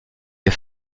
les